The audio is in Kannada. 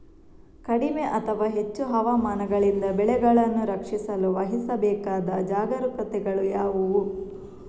ಕಡಿಮೆ ಅಥವಾ ಹೆಚ್ಚು ಹವಾಮಾನಗಳಿಂದ ಬೆಳೆಗಳನ್ನು ರಕ್ಷಿಸಲು ವಹಿಸಬೇಕಾದ ಜಾಗರೂಕತೆಗಳು ಯಾವುವು?